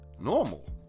normal